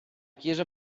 chiesa